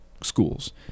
schools